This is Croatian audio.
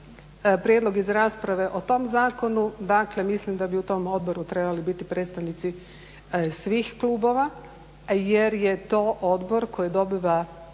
prijedlog iz rasprave o tom zakonu dakle mislim da bi u tom odboru trebali biti predstavnici svih klubova jer je to odbor koji dobiva